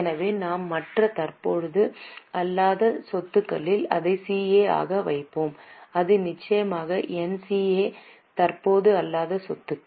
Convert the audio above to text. எனவே நாம் மற்ற தற்போது அல்லாத சொத்துகளில் அதை CA ஆக வைப்போம் அது நிச்சயமாக NCA தற்போது அல்லாத சொத்துகள்